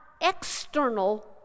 external